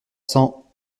cents